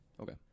Okay